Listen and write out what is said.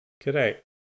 Correct